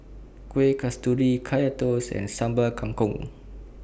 Kueh Kasturi Kaya Toast and Sambal Kangkong